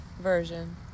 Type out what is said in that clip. version